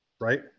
right